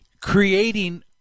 creating